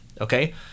okay